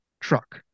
truck